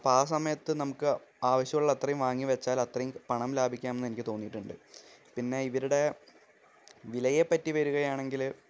അപ്പോൾ ആ സമയത്ത് നമുക്ക് ആവശ്യം ഉള്ള അത്രയും വാങ്ങിവെച്ചാൽ അത്രയും പണം ലാഭിക്കാമെന്ന് എനിക്ക് തോന്നിയിട്ടുണ്ട് പിന്നെ ഇവരുടെ വിലയെ പറ്റി വരികയാണെങ്കിൽ